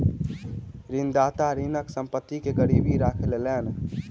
ऋणदाता ऋणीक संपत्ति के गीरवी राखी लेलैन